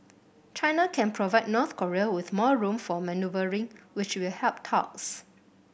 China can provide North Korea with more room for manoeuvring which will help talks